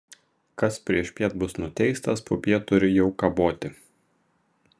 kas priešpiet bus nuteistas popiet turi jau kaboti